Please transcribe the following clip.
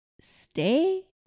stay